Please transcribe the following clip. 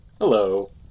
Hello